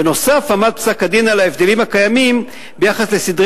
בנוסף עמד פסק-הדין על ההבדלים הקיימים ביחס לסדרי